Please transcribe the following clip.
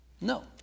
No